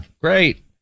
Great